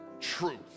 truth